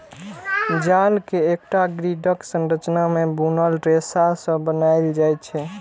जाल कें एकटा ग्रिडक संरचना मे बुनल रेशा सं बनाएल जाइ छै